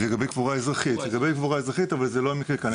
לגבי קבורה אזרחית אבל זה לא המקרה כאן.